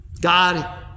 God